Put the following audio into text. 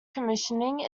commissioning